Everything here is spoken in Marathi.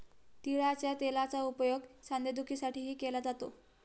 तिळाच्या तेलाचा उपयोग सांधेदुखीसाठीही केला जातो